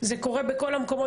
זה חלק מתכנית